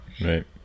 Right